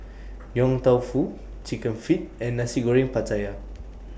Yong Tau Foo Chicken Feet and Nasi Goreng Pattaya